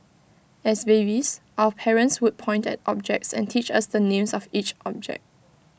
as babies our parents would point at objects and teach us the names of each object